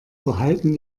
verhalten